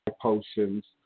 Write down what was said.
Potions